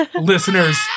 listeners